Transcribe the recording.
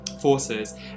forces